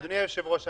אדוני היושב-ראש,